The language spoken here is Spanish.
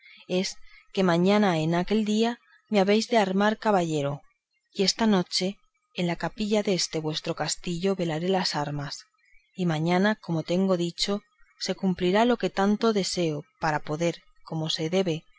es que mañana en aquel día me habéis de armar caballero y esta noche en la capilla deste vuestro castillo velaré las armas y mañana como tengo dicho se cumplirá lo que tanto deseo para poder como se debe